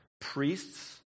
priests